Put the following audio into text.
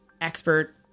expert